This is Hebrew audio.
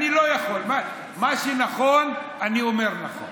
אני לא יכול, על מה שנכון, אני אומר נכון.